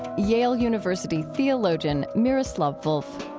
yale university theologian miroslav volf.